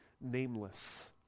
nameless